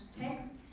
text